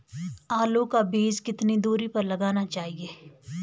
आलू का बीज कितनी दूरी पर लगाना चाहिए?